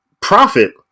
profit